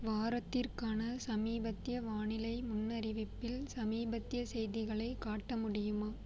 வாரத்திற்கான சமீபத்திய வானிலை முன்னறிவிப்பில் சமீபத்திய செய்திகளை காட்ட முடியுமா